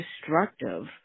destructive